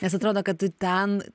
nes atrodo kad tu ten